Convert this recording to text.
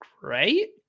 great